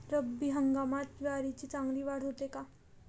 रब्बी हंगामात ज्वारीची चांगली वाढ होते का?